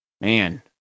Man